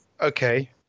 Okay